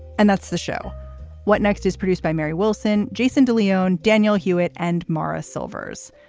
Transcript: and that's the show what next is produced by mary wilson. jason de leon, daniel hewitt and maurice silvers.